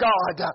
God